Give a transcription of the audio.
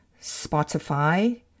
Spotify